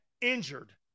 injured